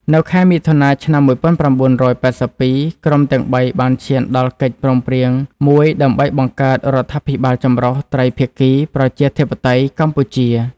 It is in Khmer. នៅខែមិថុនា ឆ្នាំ ១៩៨២ ក្រុមទាំងបីបានឈានដល់កិច្ចព្រមព្រៀងមួយដើម្បីបង្កើត រដ្ឋាភិបាលចម្រុះត្រីភាគីប្រជាធិបតេយ្យកម្ពុជា ។